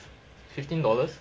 fifteen dollars